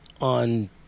on